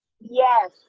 Yes